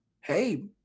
hey